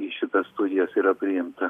į šitas studijas yra priimta